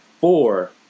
four